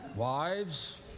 Wives